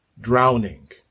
drowning